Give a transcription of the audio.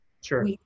Sure